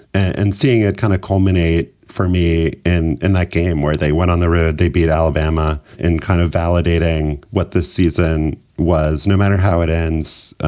and seeing it kind of culminate for me. and in that game where they went on the road, they beat alabama in kind of validating what the season was, no matter how it ends.